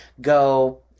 go